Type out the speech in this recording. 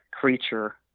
creature